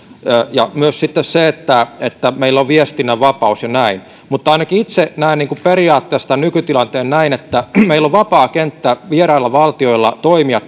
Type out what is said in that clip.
ja myös se että että meillä on viestinnän vapaus ja näin mutta ainakin itse näen periaatteessa tämän nykytilanteen näin että meillä on tällä hetkellä vapaa kenttä vierailla valtioilla toimia